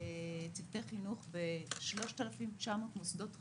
החינוך ב-3,900 מוסדות חינוך,